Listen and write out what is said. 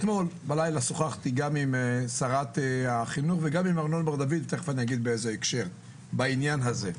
אתמול בלילה שוחחתי גם עם שרת החינוך וגם עם ארנון בר-דוד בעניין הזה,